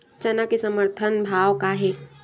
चना के समर्थन भाव का हे?